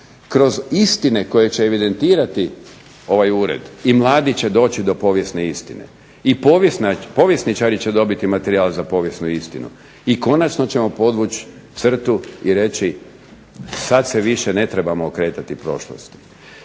Kroz istine koje će evidentirati ovaj ured i mladi će doći do povijesne istine i povjesničari će dobiti materijal za povijesnu istinu i konačno ćemo podvući crtu i reći, sada se više ne trebamo okretati prošlosti.